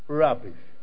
rubbish